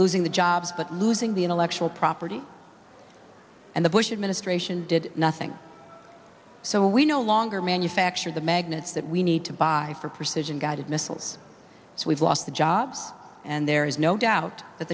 losing the jobs but losing the intellectual property and the bush administration did nothing so we no longer manufacture the magnets that we need to buy for precision guided missiles so we've lost the job and there is no doubt that